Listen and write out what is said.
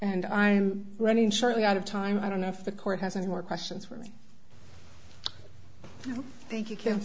and i'm running surely out of time i don't know if the court has any more questions for me thank you ca